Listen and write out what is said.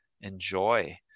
enjoy